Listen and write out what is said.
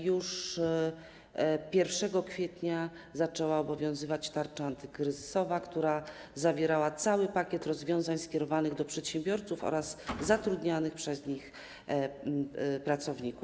Już 1 kwietnia zaczęła obowiązywać tarcza antykryzysowa, która zawierała cały pakiet rozwiązań skierowanych do przedsiębiorców oraz zatrudnianych przez nich pracowników.